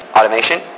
Automation